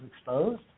exposed